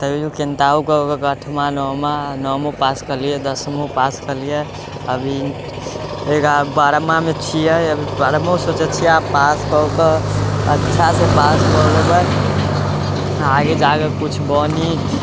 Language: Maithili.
तइयो केनाहितो कऽके अठमा नओमा नओमा पास कयलियै दसमो पास कयलियै अभी एगारहमा बारहमामे छियै अभी बारहमो सोचै छियै आब पास कऽ के अच्छासँ पास कऽ लेबै आगे जाके कुछ बनी